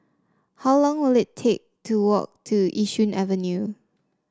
how long will it take to walk to Yishun Avenue